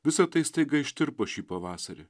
visa tai staiga ištirpo šį pavasarį